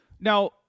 now